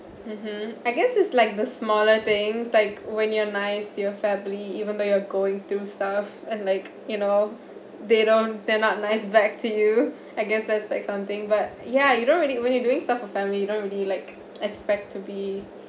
mmhmm I guess it's like the smaller things like when you're nice to your family even though you're going through stuff and like you know they don't turn up nice back to you I guess that's like something but ya you don't really when you doing stuff for family you don't really like expect to be